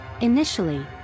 Initially